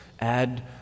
add